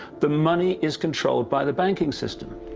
the money is controlled by the banking system.